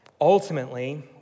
Ultimately